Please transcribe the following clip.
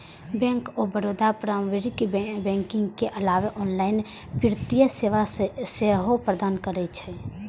bank of Baroda पारंपरिक banking के अलावे ऑनलाइन वित्तीय सेवा सेहो प्रदान करै छै